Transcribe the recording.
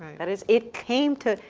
that is, it came to,